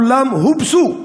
כולם הובסו.